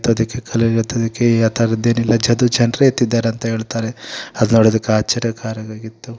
ಎತ್ತೋದಕ್ಕೆ ಕಲ್ಲು ಎತ್ತೋದಕ್ಕೆ ಆ ಥರದ್ದು ಏನಿಲ್ಲ ಅದು ಜನರೆ ಎತ್ತಿದ್ದಾರಂತೆ ಅಂತ ಹೇಳ್ತಾರೆ ಅದು ನೋಡದಕ್ಕೆ ಆಶ್ಚರ್ಯಕರವಾಗಿತ್ತು